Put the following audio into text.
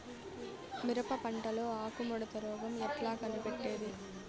మిరప పంటలో ఆకు ముడత రోగం ఎట్లా కనిపెట్టేది?